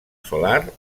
solar